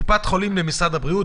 מקופת חולים למשרד הבריאות,